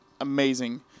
amazing